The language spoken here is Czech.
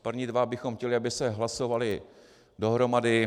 První dva bychom chtěli, aby se hlasovaly dohromady